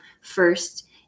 first